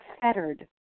fettered